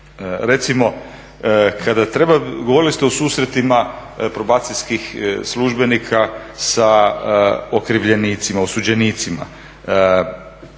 Recimo kada treba, govorili ste o susretima probacijskih službenika sa okrivljenicima, osuđenicima